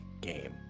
game